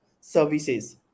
services